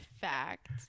fact